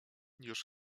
już